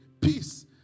Peace